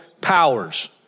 powers